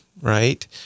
right